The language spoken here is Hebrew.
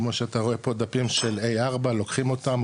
כמו שאתה רואה פה דפים A4 לוקחים אותם,